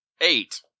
eight